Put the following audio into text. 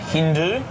Hindu